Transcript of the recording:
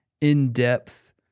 in-depth